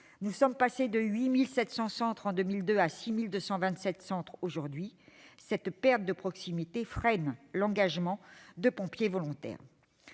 Nous sommes passés de 8 700 centres en 2002 à 6 227 centres aujourd'hui ; cette perte de proximité freine l'engagement de pompiers volontaires.